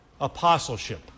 apostleship